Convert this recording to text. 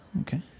Okay